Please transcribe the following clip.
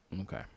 okay